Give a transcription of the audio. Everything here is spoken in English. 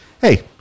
Hey